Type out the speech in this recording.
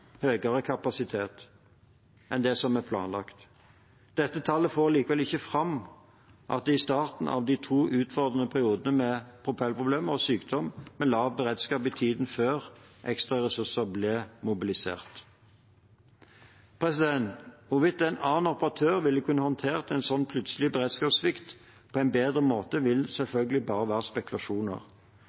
høyere kapasitet enn det som var planlagt. Dette tallet får likevel ikke fram at det i starten av de to utfordrende periodene med propellproblemer og sykdom var lav beredskap i tiden før ekstraressursene ble mobilisert. Hvorvidt en annen operatør ville kunne håndtert en slik plutselig beredskapssvikt på en bedre måte, vil selvfølgelig bare være spekulasjoner.